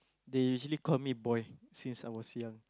they usually call me boy since I was young